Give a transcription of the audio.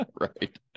Right